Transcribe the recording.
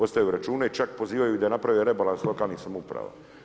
Ostavljaju račune i čak pozivaju da naprave rebalans lokalnih samouprava.